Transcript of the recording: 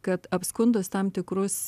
kad apskundus tam tikrus